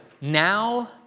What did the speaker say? now